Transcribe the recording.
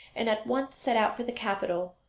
and at once set out for the capital,